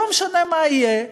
לא משנה מה יהיה,